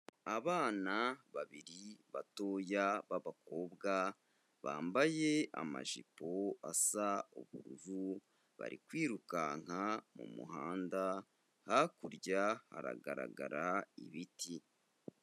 Abana babiri batoya b'abakobwa bambaye amajipo asa ubururu, bari kwirukanka mu muhanda, hakurya hagaragara ibiti.